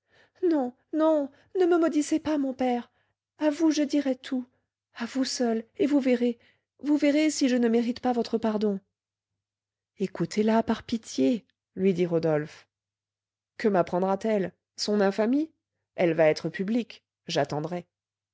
non non ne me maudissez pas mon père à vous je dirai tout à vous seul et vous verrez vous verrez si je ne mérite pas votre pardon écoutez-la par pitié lui dit rodolphe que mapprendra t elle son infamie elle va être publique j'attendrai